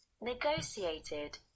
negotiated